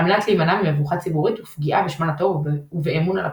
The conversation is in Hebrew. על מנת להימנע ממבוכה ציבורית ופגיעה בשמן הטוב ובאמון הלקוחות.